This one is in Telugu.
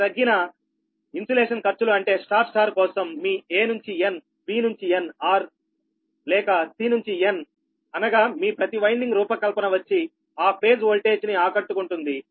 దాని తగ్గిన ఇన్సులేషన్ ఖర్చులు అంటే స్టార్ స్టార్ కోసం మీ A నుంచి n B నుంచి n లేక C నుంచి n అనగా మీ ప్రతి వైండింగ్ రూపకల్పన వచ్చి ఆ ఫేజ్ ఓల్టేజ్ ని ఆకట్టుకుంటుంది